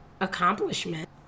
accomplishment